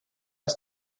are